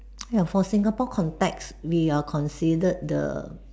ya for Singapore context we are considered the